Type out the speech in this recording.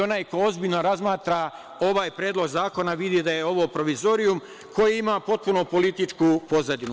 Onaj ko ozbiljno razmatra ovaj predlog zakona vidi da je ovo provizorijum koji ima potpuno političku pozadinu.